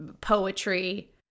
poetry